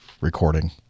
recording